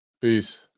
Peace